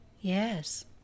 Yes